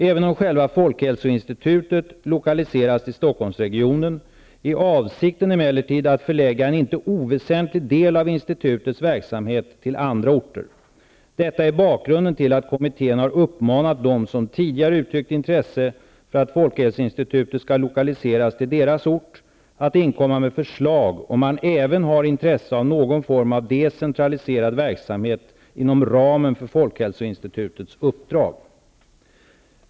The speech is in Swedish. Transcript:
Även om själva folkhälsoinstitutet lokaliseras till Stockholmsregionen är avsikten emellertid att förlägga en inte oväsentlig del av institutets verksamhet till andra orter. Detta är bakgrunden till att kommittén har uppmanat dem som tidigare har uttryckt intresse för att folkhälsoinstitutet skall lokaliseras till deras ort att inkomma med förslag om man även har intresse av någon form av decentraliserad verksamhet inom ramen för folkhälsoinstitutets uppdrag.